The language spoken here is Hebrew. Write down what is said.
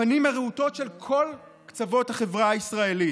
הפנים הרהוטות של כל קצוות החברה הישראלית.